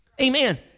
Amen